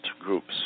groups